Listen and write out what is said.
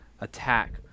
attack